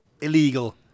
illegal